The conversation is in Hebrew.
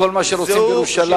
כל מה שרוצים בירושלים.